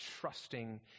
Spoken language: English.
trusting